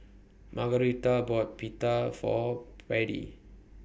Margaretha bought Pita For Beadie